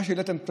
מה שהעליתן אתן,